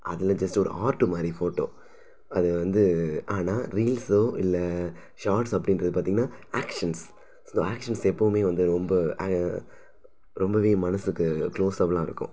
அதில் ஜஸ்ட்டு ஒரு ஆர்ட்டு மாதிரி ஃபோட்டோ அது வந்து ஆனால் ரீல்ஸோ இல்லை ஷார்ட்ஸ் அப்படின்றது பார்த்தீங்கன்னா ஆக்ஷன்ஸ் சில ஆக்ஷன்ஸ் எப்போவுமே வந்து ரொம்ப ரொம்பவே மனதுக்கு க்ளோஸபிளாக இருக்கும்